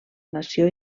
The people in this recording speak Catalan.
nació